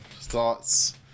thoughts